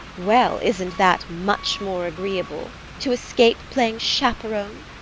well, isn't that much more agreeable to escape playing chaperon?